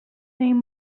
name